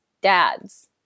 dad's